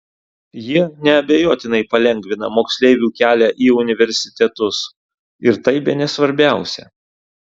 jie neabejotinai palengvina moksleivių kelią į universitetus ir tai bene svarbiausia